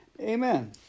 Amen